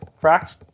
Cracks